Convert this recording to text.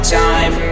time